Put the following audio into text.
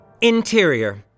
Interior